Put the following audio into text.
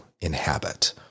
inhabit